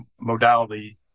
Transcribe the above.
modality